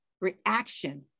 reaction